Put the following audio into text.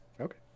Okay